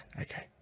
Okay